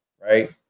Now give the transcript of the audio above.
right